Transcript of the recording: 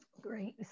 Great